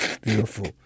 beautiful